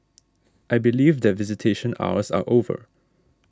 I believe that visitation hours are over